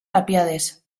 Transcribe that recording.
tapiades